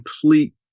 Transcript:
complete